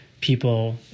people